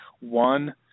One